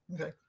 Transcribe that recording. Okay